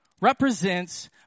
represents